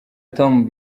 tom